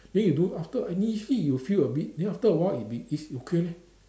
then you don't after inittially you'll feel a bit then after a while it bit is okay leh